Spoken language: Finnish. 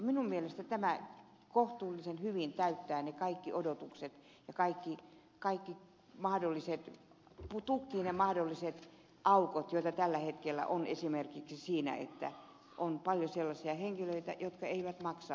minun mielestäni tämä kohtuullisen hyvin täyttää ne kaikki odotukset ja tukkii ne mahdolliset aukot joita tällä hetkellä on esimerkiksi siinä että on paljon sellaisia henkilöitä jotka eivät maksa yleisradiolupaa